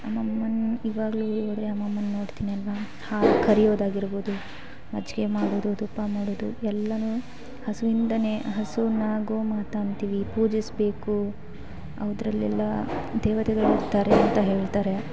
ಅಮ್ಮಮ್ಮನ್ನ ಇವಾಗಲೂ ಹೋದರೆ ಅಮ್ಮಮ್ಮನ್ನ ನೋಡ್ತೀನಿ ಅಲ್ಲಾ ಹಾಲು ಕರೆಯೊದಾಗಿರ್ಬೋದು ಮಜ್ಜಿಗೆ ಮಾಡೋದು ತುಪ್ಪ ಮಾಡೋದು ಎಲ್ಲವು ಹಸುವಿಂದಲೇ ಹಸುನ ಗೋಮಾತಾ ಅಂತೀವಿ ಪೂಜಿಸ್ಬೇಕು ಅವುದ್ರಲೆಲ್ಲ ದೇವತೆಗಳು ಇರ್ತಾರೆ ಅಂತ ಹೇಳ್ತಾರೆ